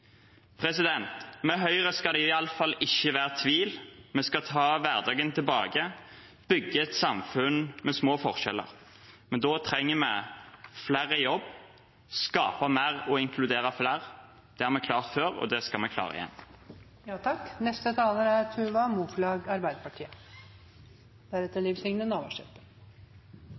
Med Høyre skal det iallfall ikke være tvil: Vi skal ta hverdagen tilbake og bygge et samfunn med små forskjeller. Men da trenger vi flere i jobb, skape mer og inkludere flere. Det har vi klart før, og det skal vi klare igjen. Det er under ett år til valget, og Arbeiderpartiet